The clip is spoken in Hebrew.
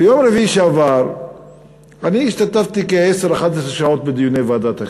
ביום רביעי שעבר השתתפתי בכ-11-10 שעות בדיוני ועדת הכספים,